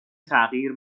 تغییر